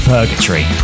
Purgatory